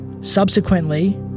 Subsequently